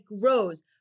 grows